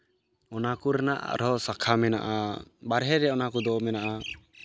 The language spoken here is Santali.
ᱚᱱᱟ ᱠᱚᱨᱮᱱᱟᱜ ᱟᱨᱦᱚᱸ ᱥᱟᱠᱷᱟ ᱢᱮᱱᱟᱜᱼᱟ ᱵᱟᱦᱨᱮ ᱨᱮ ᱚᱱᱟ ᱠᱚᱫᱚ ᱢᱮᱱᱟᱜᱼᱟ